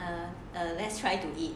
err err let's try to eat